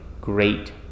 great